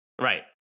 Right